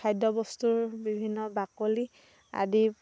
খাদ্য় বস্তুৰ বিভিন্ন বাকলি আদি